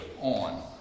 on